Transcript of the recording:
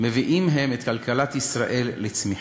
מביאים הם את כלכלת ישראל לצמיחה.